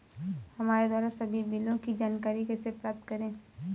हमारे द्वारा सभी बिलों की जानकारी कैसे प्राप्त करें?